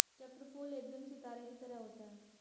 चक्रफूल एकदम सितारे की तरह होता है